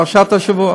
עברנו לפרשת השבוע.